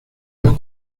ellos